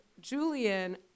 Julian